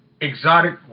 exotic